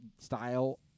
style